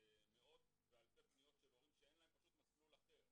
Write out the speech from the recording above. מאות ואלפי פניות של הורים שאין להם אפילו מסלול אחר.